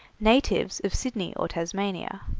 natives of sydney or tasmania,